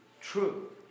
true